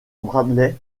bradley